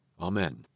Amen